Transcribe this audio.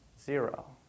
Zero